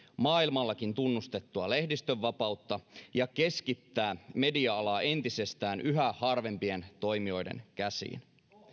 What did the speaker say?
maailmallakin tunnustettua lehdistönvapautta ja keskittää media alaa entisestään yhä harvempien toimijoiden käsiin